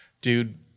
Dude